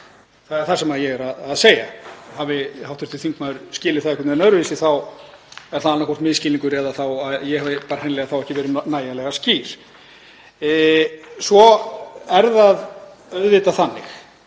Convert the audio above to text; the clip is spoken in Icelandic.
Það er það sem ég er að segja. Hafi hv. þingmaður skilið það einhvern veginn öðruvísi þá er það annaðhvort misskilningur eða þá að ég hef hreinlega ekki verið nægjanlega skýr. Svo er það auðvitað þannig